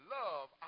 love